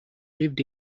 lived